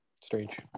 strange